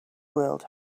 world